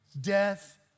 Death